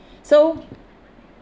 so